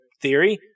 theory